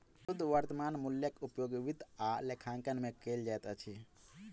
शुद्ध वर्त्तमान मूल्यक उपयोग वित्त आ लेखांकन में कयल जाइत अछि